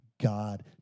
God